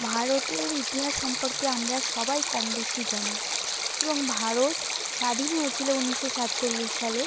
ভারতের ইতিহাস সম্পর্কে আমরা সবাই কম বেশি জানি এবং ভারত স্বাধীন হয়েছিলো উনিশশো সাতচল্লিশ সালে